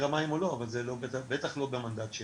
המים או לא אבל זה בטח לא במנדט שלנו.